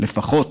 לפחות